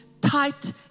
tight